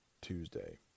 Tuesday